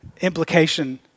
implication